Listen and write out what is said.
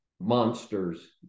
monsters